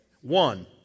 One